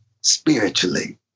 spiritually